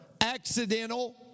accidental